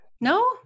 no